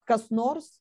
kas nors